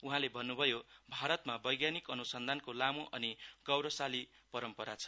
उहाँले भन्नुभयो भारतमा वैज्ञानिक अनुसन्धानको लामो अनि गौरवशाली परम्परा छ